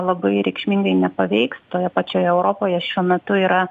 labai reikšmingai nepaveiks toje pačioje europoje šiuo metu yra